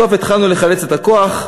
בסוף התחלנו לחלץ את הכוח,